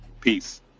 Peace